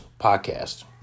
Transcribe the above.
Podcast